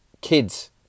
kids